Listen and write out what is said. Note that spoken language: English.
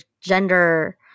gender